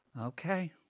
Okay